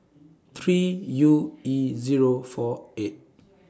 three U E Zero four eight